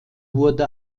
wurde